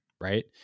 right